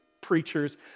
preachers